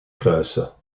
kruisen